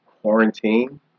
Quarantine